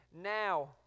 now